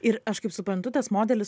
ir aš kaip suprantu tas modelis